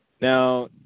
Now